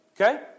Okay